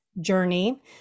journey